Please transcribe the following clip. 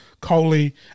Coley